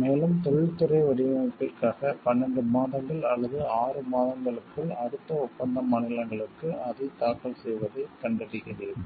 மேலும் தொழில்துறை வடிவமைப்பிற்காக 12 மாதங்கள் அல்லது 6 மாதங்களுக்குள் அடுத்த ஒப்பந்த மாநிலங்களுக்கு அதைத் தாக்கல் செய்வதைக் கண்டறிகிறீர்கள்